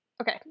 okay